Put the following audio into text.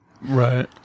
right